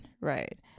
right